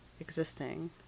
existing